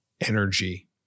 energy